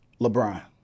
LeBron